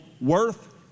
worth